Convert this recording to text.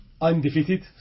undefeated